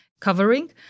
covering